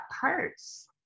parts